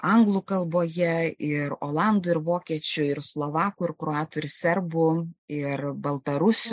anglų kalboje ir olandų ir vokiečių ir slovakų ir kroatų ir serbų ir baltarusių